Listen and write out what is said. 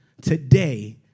today